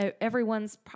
everyone's